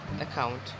account